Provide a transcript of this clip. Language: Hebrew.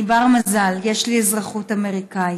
אני בר-מזל, יש לי אזרחות אמריקנית.